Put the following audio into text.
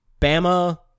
Bama